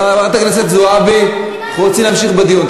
חברת הכנסת זועבי, אנחנו רוצים להמשיך בדיון.